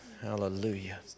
hallelujah